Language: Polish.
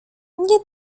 nie